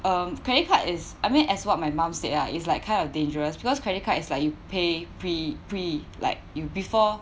um credit card is I mean as what my mom said lah it's like kind of dangerous because credit card is like you pay pre pre like you before